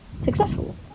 successful